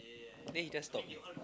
then he just stop